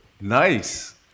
Nice